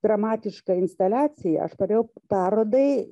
dramatišką instaliaciją aš norėjau parodai